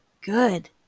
good